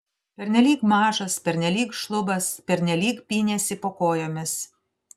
pernelyg mažas pernelyg šlubas pernelyg pynėsi po kojomis